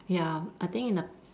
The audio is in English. ya I think in the